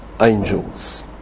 angels